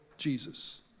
Jesus